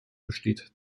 besteht